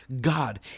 God